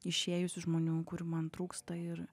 išėjusių žmonių kurių man trūksta ir